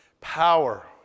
Power